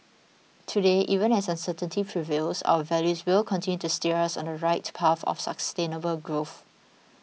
today even as uncertainty prevails our values will continue to steer us on the right path of sustainable growth